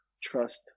trust